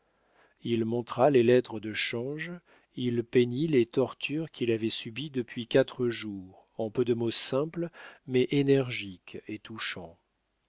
il montra les lettres de change il peignit les tortures qu'il avait subies depuis quatre jours en peu de mots simples mais énergiques et touchants